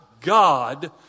God